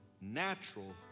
natural